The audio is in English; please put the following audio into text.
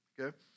Okay